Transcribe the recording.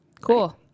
Cool